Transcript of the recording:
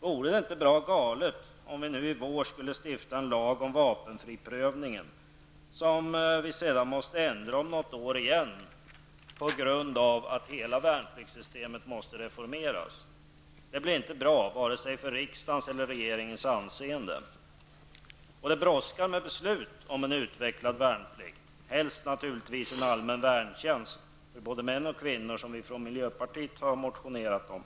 Vore det inte bra galet om vi nu i vår stiftade en lag om vapenfriprövning, som vi sedan måste ändra om något år på grund av att hela värnpliktssystemet måste reformeras? Det skulle inte vara bra för vare sig regeringens eller riksdagens anseende. Ett beslut om en utvecklad värnplikt brådskar. Helst bör det naturligtvis bli en allmän värntjänst för både män och kvinnor, som vi i miljöpartiet har motionerat om.